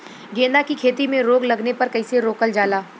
गेंदा की खेती में रोग लगने पर कैसे रोकल जाला?